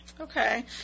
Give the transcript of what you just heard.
Okay